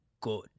good